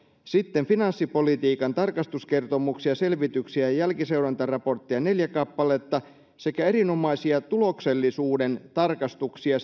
sitten finanssipolitiikan tarkastuskertomuksia selvityksiä ja ja jälkiseurantaraportteja neljä kappaletta sekä erinomaisia tuloksellisuuden tarkastuksia